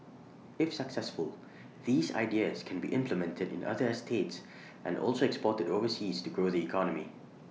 if successful these ideas can be implemented in other estates and also exported overseas to grow the economy